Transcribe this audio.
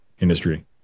Industry